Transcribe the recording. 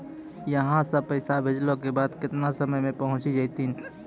यहां सा पैसा भेजलो के बाद केतना समय मे पहुंच जैतीन?